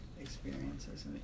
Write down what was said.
experiences